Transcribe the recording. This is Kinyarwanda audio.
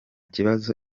kibazo